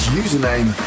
username